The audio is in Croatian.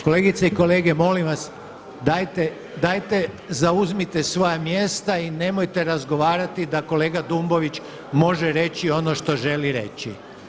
Kolegice i kolege, molim vas dajte zauzmite svoja mjesta i nemojte razgovarati da kolega Dumbović može reći ono što želi reći.